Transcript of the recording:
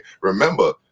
remember